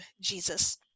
Jesus